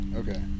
Okay